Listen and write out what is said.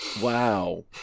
Wow